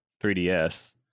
3ds